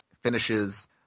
finishes